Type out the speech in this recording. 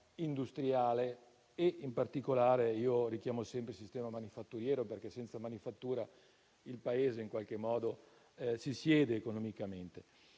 industriale e, in particolare, io richiamo sempre il sistema manifatturiero perché senza manifattura il Paese si siede economicamente.